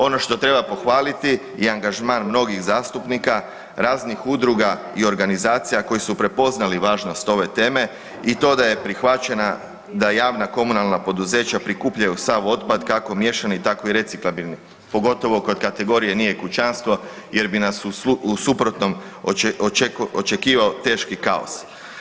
Ono što treba pohvaliti je angažman mnogih zastupnika, raznih udruga i organizacija koje su prepoznali važnost ove teme i to da je prihvaćena da javna komunalna poduzeća prikupljaju sav otpad, kako miješani, tako i reciklabilni, pogotovo kod kategorije „nije kućanstvo“ jer bi nas u suprotnom očekivao teški kaos.